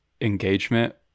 engagement